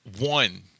one